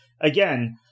again